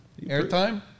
Airtime